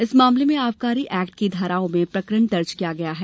इस मामले में आबकारी एक्ट की धाराओं में प्रकरण दर्ज किया है